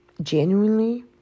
genuinely